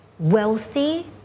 wealthy